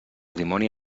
dimoni